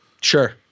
Sure